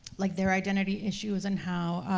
like, their identity issues and how,